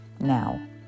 now